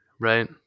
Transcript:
Right